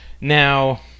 Now